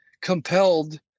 compelled